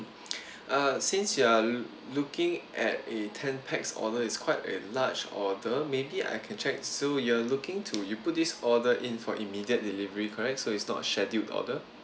uh since you are looking at a ten pax order it's quite a large order maybe I can check so you are looking to you put this order in for immediate delivery correct so it's not scheduled order